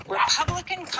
Republican